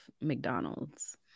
McDonald's